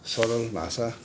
सरल भाषा